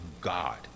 God